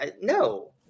no